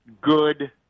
good